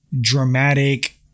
dramatic